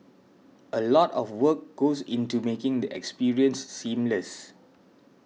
a lot of work goes into making the experience seamless